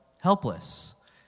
helpless